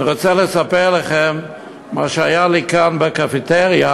אני רוצה לספר לכם מה שהיה לי כאן, בקפיטריה,